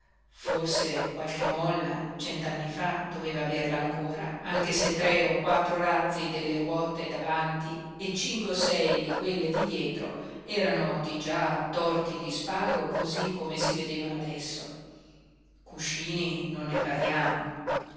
forse qualche molla cent'anni fa doveva averla ancora anche se tre o quattro razzi delle ruote davanti e cinque o sei di quelle di dietro erano di già attorti di spago cosí come si vedevano adesso cuscini non ne parliamo